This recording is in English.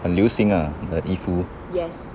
很流行 ah the 衣服